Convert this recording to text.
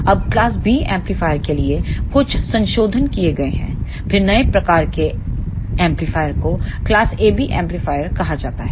अब class B amplifier के लिए कुछ संशोधन किए गए हैं फिर नए प्रकार के एम्पलीफायर को क्लास AB एम्पलीफायर कहा जाता है